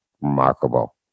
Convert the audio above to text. remarkable